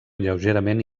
lleugerament